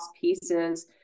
pieces